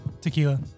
Tequila